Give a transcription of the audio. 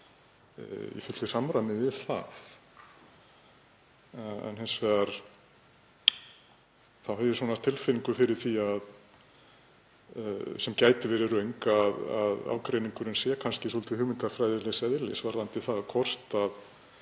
í fullu samræmi við það. Hins vegar hef ég tilfinningu fyrir því, sem gæti verið röng, að ágreiningurinn sé kannski svolítið hugmyndafræðilegs eðlis varðandi það hvort hið